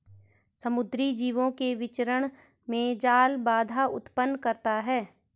समुद्री जीवों के विचरण में जाल बाधा उत्पन्न करता है